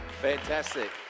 Fantastic